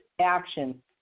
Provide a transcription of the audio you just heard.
action